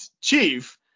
Chief